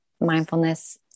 mindfulness